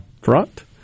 front